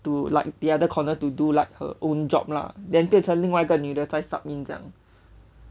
to like the other corner to do like her own job lah then 变成另外一个女的在 sup in 这样